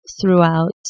throughout